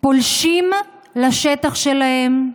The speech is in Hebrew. פולשים לשטח שלהם,